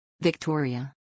Victoria